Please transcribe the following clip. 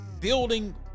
building